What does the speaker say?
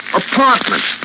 apartment